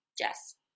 Jess